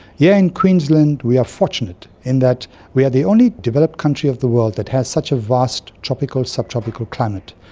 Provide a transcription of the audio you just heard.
yeah in queensland we are fortunate in that we are the only developed country of the world that has such a vast tropical subtropical climate.